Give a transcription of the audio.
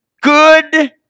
good